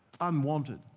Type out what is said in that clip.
unwanted